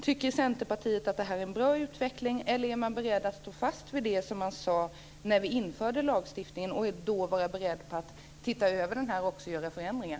Tycker Centerpartiet att det här är en bra utveckling, eller är man beredd att stå fast vid det som man sade när lagstiftningen infördes? Är man beredd att se över denna och vidta förändringar?